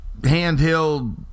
handheld